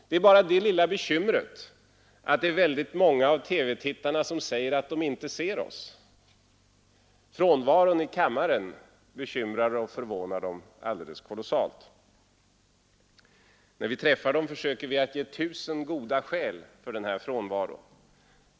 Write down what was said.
Det är bara det lilla bekymret att många av TV-tittarna säger att de inte ser oss. Frånvaron i kammaren bekymrar och förvånar dem mycket. När vi träffar dem försöker vi att ge tusen goda skäl för frånvaron.